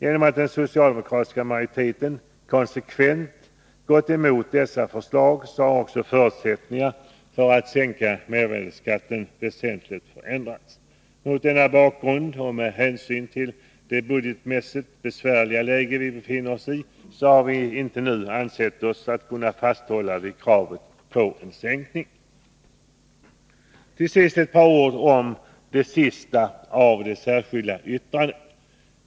Genom att den socialdemokratiska majoriteten konsekvent gått emot dessa förslag har också förutsättningarna för att sänka mervärdeskatten väsentligt förändrats. Mot denna bakgrund, och med hänsyn till det budgetmässigt bevärliga läge vi befinner oss i, har vi inte nu ansett oss kunna hålla fast vid kravet på en sänkning. Slutligen ett par ord om det sista av de särskilda yttrandena.